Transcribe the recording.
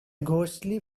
ghostly